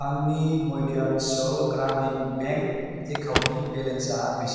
आंनि मध्यानचल ग्रामिन बेंक एकाउन्टनि बेलेन्सा बेसेबां